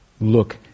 look